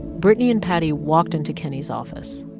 brittany and patty walked into kenney's office.